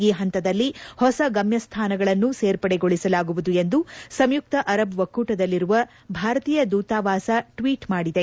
ಈ ಹಂತದಲ್ಲಿ ಹೊಸ ಗಮ್ಮ ಸ್ಥಾನಗಳನ್ನೂ ಸೇರ್ಪಡೆಗೊಳಿಸಲಾಗುವುದು ಎಂದು ಸಂಯುಕ್ತ ಅರಬ್ ಒಕ್ಟೂಟದಲ್ಲಿರುವ ಭಾರತೀಯ ಧೂತಾವಾಸ ಟ್ವೀಟ್ ಮಾಡಿದೆ